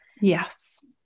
Yes